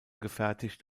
gefertigt